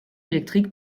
électrique